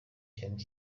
cyane